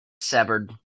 severed